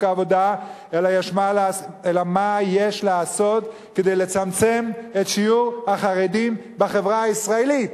העבודה אלא מה יש לעשות כדי לצמצם את שיעור החרדים בחברה הישראלית.